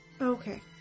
Okay